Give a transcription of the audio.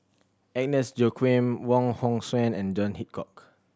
Agnes Joaquim Wong Hong Suen and John Hitchcock